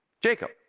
Jacob